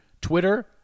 Twitter